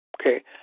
Okay